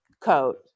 coat